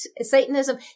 Satanism